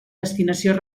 destinació